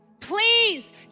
please